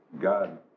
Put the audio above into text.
God